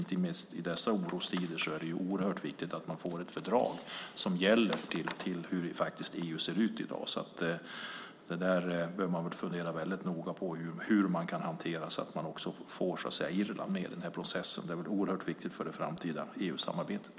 Inte minst i dessa orostider är det oerhört viktigt att man får ett fördrag som gäller hur EU ser ut i dag. Man bör nu fundera väldigt noga på hur man kan hantera det, så att man får med Irland i den här processen. Det är oerhört viktigt för det framtida EU-samarbetet.